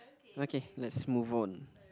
okay let's move on